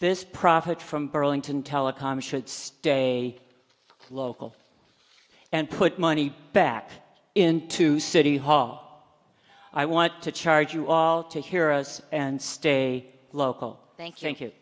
this profit from burlington telecom should stay local and put money back into city hall i want to charge you all to hear us and stay local thank you thank you